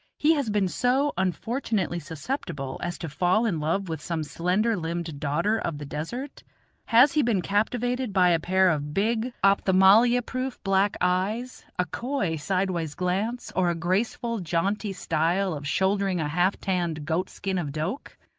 he has been so unfortunately susceptible as to fall in love with some slender-limbed daughter of the desert has he been captivated by a pair of big, opthamalmia-proof, black eyes, a coy sidewise glance, or a graceful, jaunty style of shouldering a half-tanned goat-skin of doke?